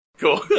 Cool